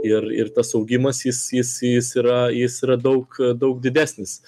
ir ir tas augimas jis jis jis yra jis yra daug daug didesnis